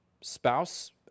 spouse